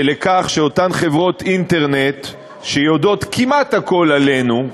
זה לכך שאותן חברות אינטרנט שיודעות כמעט הכול עלינו,